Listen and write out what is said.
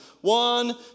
One